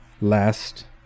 last